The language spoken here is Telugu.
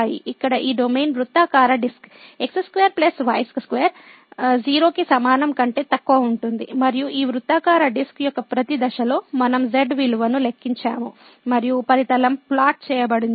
ఇక్కడ ఈ డొమైన్ వృత్తాకార డిస్క్ x2 y2 0 కి సమానం కంటే తక్కువ ఉంటుంది మరియు ఈ వృత్తాకార డిస్క్ యొక్క ప్రతి దశలో మనం z విలువను లెక్కించాము మరియు ఉపరితలం ప్లాట్ చేయబడింది